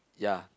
ya